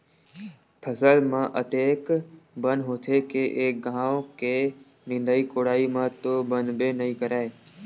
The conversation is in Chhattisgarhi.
फसल म अतेक बन होथे के एक घांव के निंदई कोड़ई म तो बनबे नइ करय